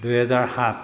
দুহেজাৰ সাত